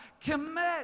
commit